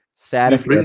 sad